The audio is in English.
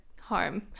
home